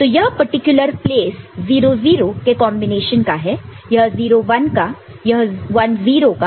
तो यह particular place 0 0 के कॉन्बिनेशन का है यह 0 1 का यह 1 0 का और यह 1 1 का